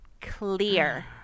clear